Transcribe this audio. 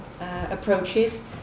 approaches